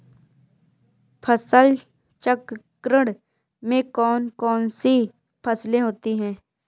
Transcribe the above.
फसल चक्रण में कौन कौन सी फसलें होती हैं?